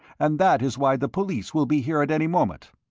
and that is why the police will be here at any moment.